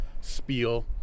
spiel